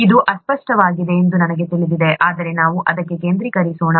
ಇದು ಅಸ್ಪಷ್ಟವಾಗಿದೆ ಎಂದು ನನಗೆ ತಿಳಿದಿದೆ ಆದರೆ ನಾವು ಅದಕ್ಕೆ ಕೆಂದ್ರಿಕರಿಸೋಣ